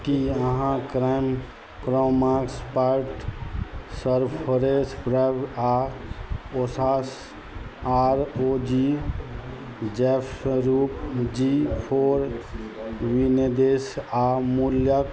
कि अहाँ क्रैम क्रोमास पार्ट सर्फरेश प्रव आओर ओषास आर ओ जी जैवरूप जी फोर विनेदेश आओर मूल्यके